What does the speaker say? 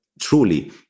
truly